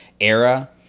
era